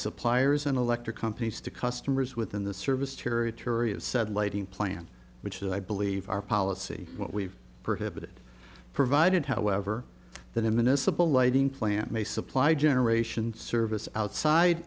suppliers and electric companies to customers within the service territory of said lighting plan which is i believe our policy what we've prohibited provided however that in minnesota lighting plant may supply generation service outside